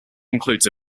includes